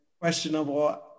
questionable